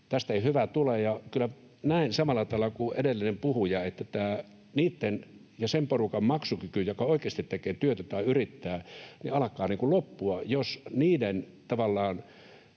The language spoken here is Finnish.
tästä ei hyvä tule. Kyllä näen samalla tavalla kuin edellinen puhuja, että sen porukan maksukyky, joka oikeasti tekee työtä tai yrittää, alkaa loppua, jos niiden